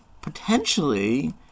potentially